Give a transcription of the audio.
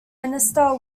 minister